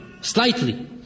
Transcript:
Slightly